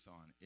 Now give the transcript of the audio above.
on